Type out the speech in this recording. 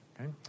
okay